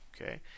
okay